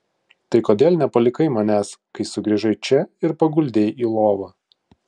tai kodėl nepalikai manęs kai sugrįžai čia ir paguldei į lovą